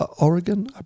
Oregon